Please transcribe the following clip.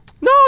no